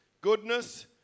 goodness